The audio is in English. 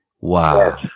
wow